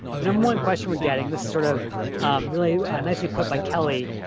and um one question we're getting, this is sort of really nicely put by kelly,